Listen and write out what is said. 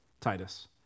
Titus